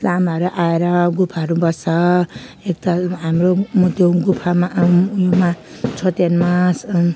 लामाहरू आएर गुफाहरू बस्छ एकताल हाम्रो म त्यो गुफामा आउँ उयोमा छोर्तेनमा